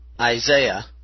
Isaiah